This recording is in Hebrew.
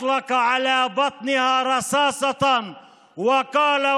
תודה רבה.) תודה לחבר הכנסת ווליד טאהא.